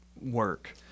work